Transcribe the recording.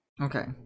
Okay